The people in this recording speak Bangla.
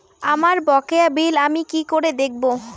আমার বকেয়া বিল আমি কি করে দেখব?